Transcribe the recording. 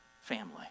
family